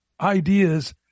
ideas